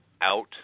out